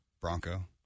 Bronco